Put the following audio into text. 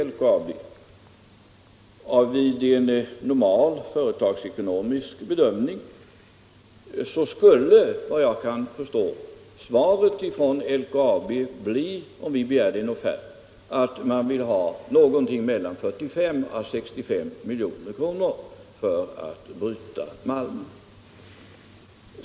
Vid en normal företagsekonomisk bedömning skulle, vad jag kan förstå, svaret från LKAB — om vi begärde en offert — bli att man vill ha något mellan 45 och 65 milj.kr. för att bryta malmen.